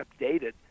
updated